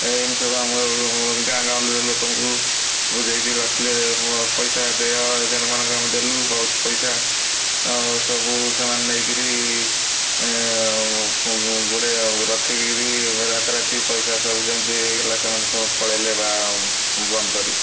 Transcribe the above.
ଏ ଏମିତି ସବୁ ଆମ ଗାଁ ଗାଉଁଲିର ଲୋକଙ୍କୁ ବୁଝେଇକିରି ରଖିଲେ ପଇସା ଦିଅ ଏଜେଣ୍ଟ୍ମାନଙ୍କୁ ଆମେ ଦେଲୁ ବହୁତ ପଇସା ସବୁ ସେମାନେ ନେଇକିରି ଗୁଡ଼େ ରଖିକିରି ରାତି ରାତି ପଇସା ସବୁ ଯେମିତି ହେଇଗଲା ସେମାନେ ପଳେଇଲେ ବା ବନ୍ଦ କରି